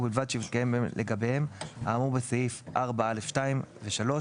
ובלבד שמתקיים לגביהם האמור בסעיף 4(א)(2) ו-(3),